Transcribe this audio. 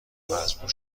مجبور